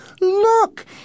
look